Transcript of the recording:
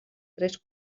tres